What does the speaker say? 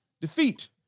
defeat